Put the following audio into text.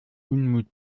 unmut